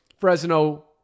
Fresno